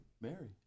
Mary